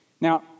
Now